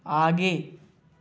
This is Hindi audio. आगे